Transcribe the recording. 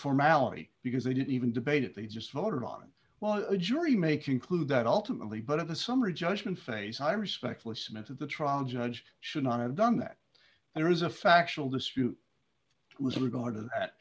formality because they didn't even debate it they just voted on while a jury may conclude that ultimately but if the summary judgment phase i respectfully submit to the trial judge should not have done that there is a factual dispute was in regard to that